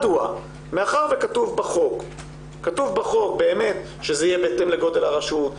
מאחר וכתוב בחוק שזה יהיה בהתאם לגודל הרשות,